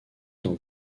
dans